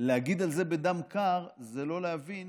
להגיד על זה "בדם קר" זה לא להבין